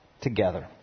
together